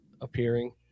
appearing